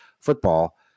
football